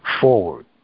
forward